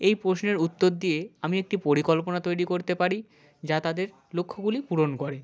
এই প্রশ্নের উত্তর দিয়ে আমি একটি পরিকল্পনা তৈরি করতে পারি যা তাদের লক্ষ্যগুলি পূরণ করে